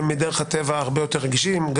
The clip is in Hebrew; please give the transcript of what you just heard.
הם מדרך הטבע הרבה יותר רגישים.